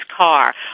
car